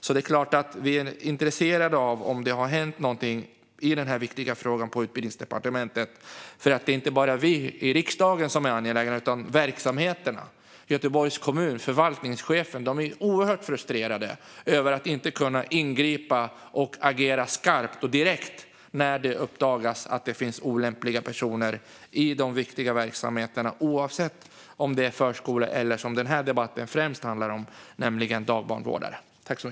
Vi är såklart intresserade om det har hänt något på Utbildningsdepartementet i den här viktiga frågan. Det är inte bara vi i riksdagen som är angelägna, utan verksamheterna, Göteborgs kommun och förvaltningschefen där är också oerhört frustrerade över att inte kunna ingripa och agera skarpt och direkt när det uppdagas att det finns olämpliga personer i de viktiga verksamheterna, oavsett om det gäller förskolor eller dagbarnvårdare, som denna debatt främst handlar om.